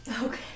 Okay